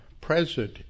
present